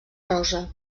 rosa